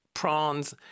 Prawns